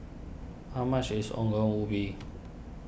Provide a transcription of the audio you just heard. how much is Ongol Ubi